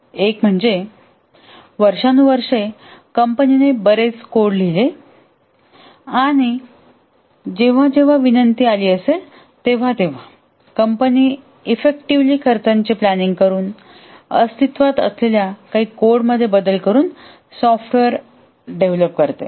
एक म्हणजे वर्षानुवर्षे कंपनीने बरेच कोड लिहिले आणि जेव्हा जेव्हा नवीन विनंती असेल तेव्हा कंपनी इफ्फेक्टिवली खर्चाचे प्लानिंगकरून अस्तित्वात असलेल्या काही कोड मध्ये बदल करून सॉफ्टवेअर डेव्हलप करते